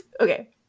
Okay